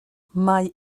mae